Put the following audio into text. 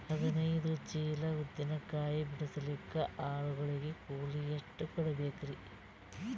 ಹದಿನೈದು ಚೀಲ ಉದ್ದಿನ ಕಾಯಿ ಬಿಡಸಲಿಕ ಆಳು ಗಳಿಗೆ ಕೂಲಿ ಎಷ್ಟು ಕೂಡಬೆಕರೀ?